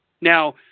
Now